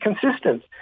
consistent